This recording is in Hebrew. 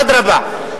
אדרבה,